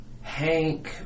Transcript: Hank